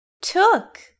took